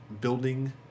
building